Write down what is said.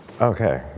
Okay